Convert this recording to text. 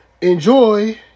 enjoy